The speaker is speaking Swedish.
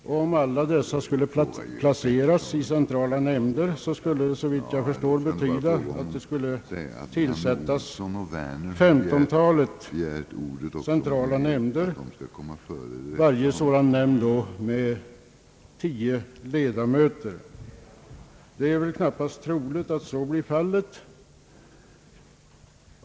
Om alla dessa skulle placeras i centrala nämnder skulle det såvitt jag förstår betyda att det skulle tillsättas omkring 15 centrala nämnder, varje sådan nämnd med 10 ledamöter. Det är väl knappast troligt att så blir fallet.